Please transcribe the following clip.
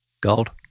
Gold